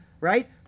right